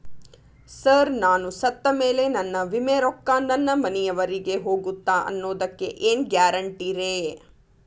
Sir ನಾನು ಸತ್ತಮೇಲೆ ನನ್ನ ವಿಮೆ ರೊಕ್ಕಾ ನನ್ನ ಮನೆಯವರಿಗಿ ಹೋಗುತ್ತಾ ಅನ್ನೊದಕ್ಕೆ ಏನ್ ಗ್ಯಾರಂಟಿ ರೇ?